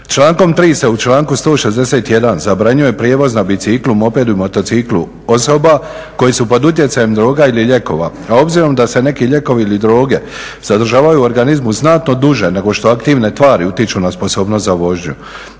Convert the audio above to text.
Člankom 3. se u članku 161. zabranjuje prijevoz na biciklu, mopedu i motociklu osoba koje su pod utjecajem droga ili lijekova, a obzirom da se neki lijekovi ili droge zadržavaju u organizmu znatno duže nego što aktivne tvari utječu na sposobnost za vožnju.